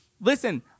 Listen